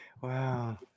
Wow